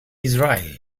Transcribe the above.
israel